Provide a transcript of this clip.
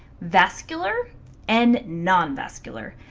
vascular and nonvascular.